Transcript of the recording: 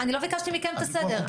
אני לא ביקשתי מכם את הסדר,